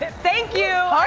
thank you!